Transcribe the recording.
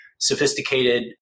sophisticated